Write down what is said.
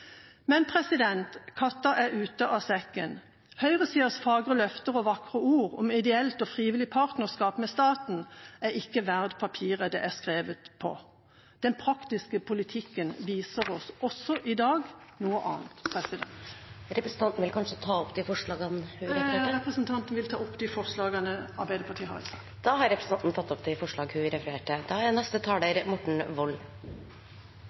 Men katta er ute av sekken. Høyresidas fagre løfter og vakre ord om ideelt og frivillig partnerskap med staten er ikke verdt papiret det er skrevet på. Den praktiske politikken viser oss – også i dag – noe annet. Jeg vil ta opp de forslagene Arbeiderpartiet står bak i saken. Da har representanten Kari Henriksen tatt opp de forslagene hun refererte til. Det forslaget vi debatterer i dag, som er